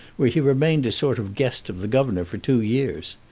where he remained a sort of guest of the governor for two years.